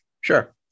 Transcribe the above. Sure